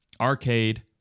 arcade